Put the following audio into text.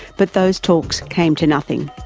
but those talks came to nothing.